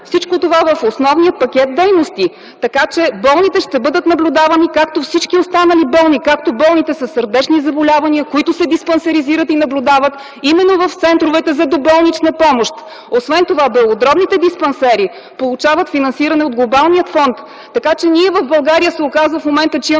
всичко това в основния пакет дейности. Така че болните ще бъдат наблюдавани както всички останали болни, както болните със сърдечни заболявания, които се диспансеризират и наблюдават именно в центровете за доболнична помощ. Освен това белодробните диспансери получават финансиране от глобалния фонд. Така че в България в момента се